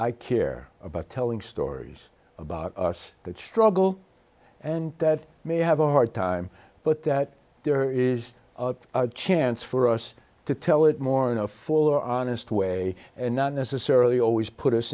i care about telling stories about us that struggle and that may have a hard time but that there is a chance for us to tell it more now for honest way and not necessarily always put us